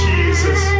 Jesus